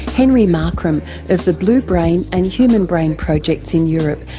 henry markram of the blue brain and human brain projects in europe,